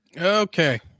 Okay